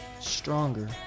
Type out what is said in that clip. stronger